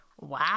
Wow